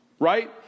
Right